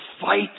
fight